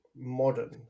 Modern